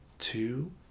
two